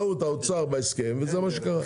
האוצר עשה טעות בהסכם וזה מה שקרה.